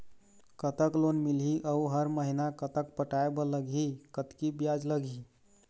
कतक लोन मिलही अऊ हर महीना कतक पटाए बर लगही, कतकी ब्याज लगही?